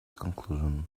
conclusion